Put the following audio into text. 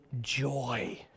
joy